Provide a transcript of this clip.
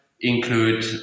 include